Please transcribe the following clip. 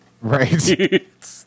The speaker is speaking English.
Right